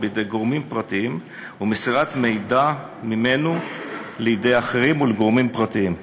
בידי גורמים פרטיים ומסירת מידע ממנו לידי אחרים ולגורמים פרטיים.